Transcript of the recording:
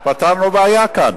פתרנו בעיה כאן.